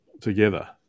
together